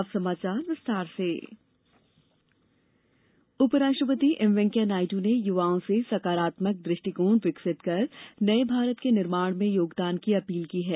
अब समाचार विस्तार से उपराष्ट्रपति उपराष्ट्रपति एम वेकैंया नायडू ने युवाओं से सकारात्मक दृष्टिकोण विकसित कर नए भारत के निर्माण में योगदान की अपील की है